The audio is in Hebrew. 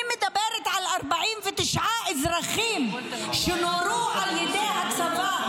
אני מדברת על 49 אזרחים שנורו על ידי הצבא,